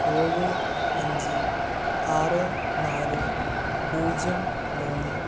ഏഴ് അഞ്ച് ആറ് നാല് പൂജ്യം മൂന്ന്